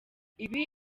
ibi